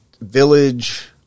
village